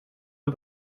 and